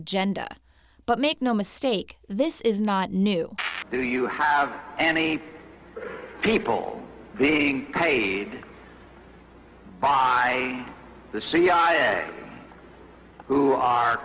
agenda but make no mistake this is not new do you have any people being paid by the cia who are